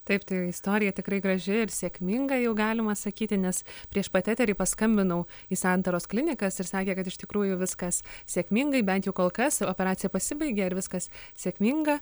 taip tai istorija tikrai graži ir sėkminga jau galima sakyti nes prieš pat eterį paskambinau į santaros klinikas ir sakė kad iš tikrųjų viskas sėkmingai bent jau kol kas operacija pasibaigė ir viskas sėkminga